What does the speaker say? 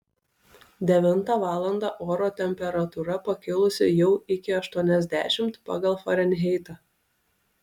devintą valandą oro temperatūra pakilusi jau iki aštuoniasdešimt pagal farenheitą